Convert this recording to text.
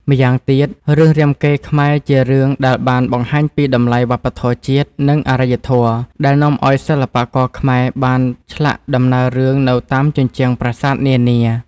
ម៉្យាងទៀត រឿងរាមកេរ្តិ៍ខ្មែរជារឿងដែលបានបង្ហាញពីតម្លៃវប្បធម៌ជាតិ និងអរិយធម៌ ដែលនាំអោយសិល្បករខ្មែរបានធ្លាក់ដំណើររឿងនៅតាមជញ្ជាំងប្រាសាទនានា។